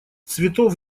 цветов